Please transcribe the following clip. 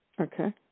Okay